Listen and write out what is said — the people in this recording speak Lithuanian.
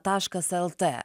taškas lt